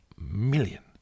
million